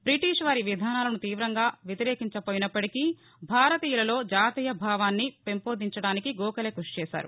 బ్రిటీష్వారి విధానాలను తీవ్రంగా వ్యతిరేకించపోయినప్పటికీ భారతీయులలో జాతీయ భావాన్ని పెంపొందించడానికి కృషి చేశారు